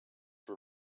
for